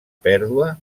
pèrdua